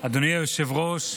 אדוני היושב-ראש,